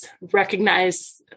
recognize